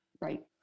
Right